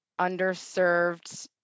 underserved